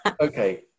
okay